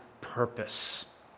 purpose